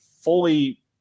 fully